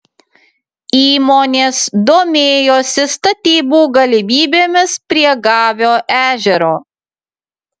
įmonės domėjosi statybų galimybėmis prie gavio ežero